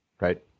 Right